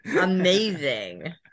Amazing